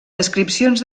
descripcions